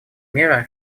меры